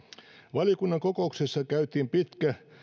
valiokunnan kokouksissa käytiin pitkä